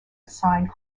assigned